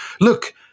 Look